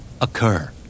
Occur